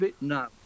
No